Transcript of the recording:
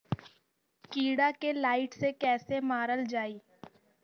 कीड़ा के लाइट से कैसे मारल जाई?